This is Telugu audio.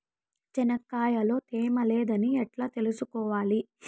చెనక్కాయ లో తేమ లేదని ఎట్లా తెలుసుకోవాలి?